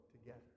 together